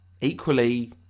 equally